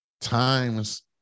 times